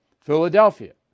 Philadelphia